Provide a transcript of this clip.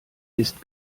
ist